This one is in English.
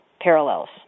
parallels